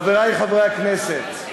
חברי חברי הכנסת,